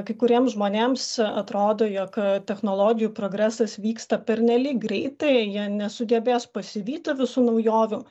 kai kuriems žmonėms atrodo jog technologijų progresas vyksta pernelyg greitai jie nesugebės pasivyti visų naujovių